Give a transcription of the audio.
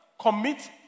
Commit